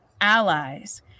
allies